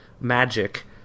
magic